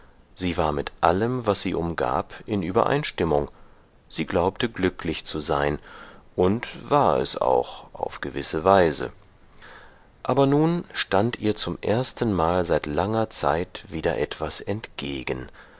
sie war mit allem was sie umgab in übereinstimmung sie glaubte glücklich zu sein und war es auch auf gewisse weise aber nun stand ihr zum erstenmal seit langer zeit wieder etwas entgegen